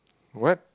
what